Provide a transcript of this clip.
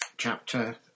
Chapter